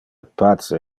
pace